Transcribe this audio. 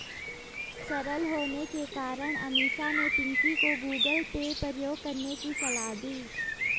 सरल होने के कारण अमीषा ने पिंकी को गूगल पे प्रयोग करने की सलाह दी